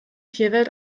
tierwelt